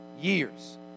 years